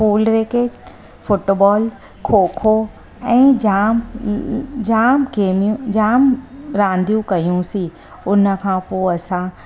फूल racket football kho kho ऐं जाम जाम गेमियूं जाम रांधियूं कयोसीं उन खां पोइ असां